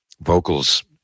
vocals